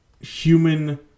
human